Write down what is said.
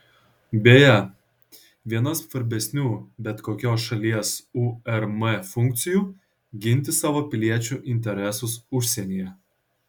beje viena svarbesnių bet kokios šalies urm funkcijų ginti savo piliečių interesus užsienyje